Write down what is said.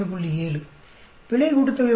7 பிழை கூட்டுத்தொகை வர்க்கங்கள் 28